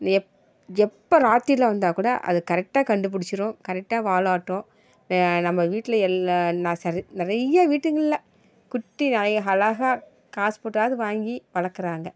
எப் எப்போ ராத்திரியில் வந்தால்க்கூட அது கரெக்டாக கண்டு பிடிச்சிரும் கரெக்டாக வாலாட்டும் நம்ம வீட்டில் எல்லா நான் சரி நிறைய வீட்டுங்களில் குட்டி நாய் அழகாக காசு போட்டாவது வாங்கி வளர்க்கறாங்க